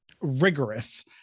rigorous